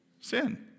sin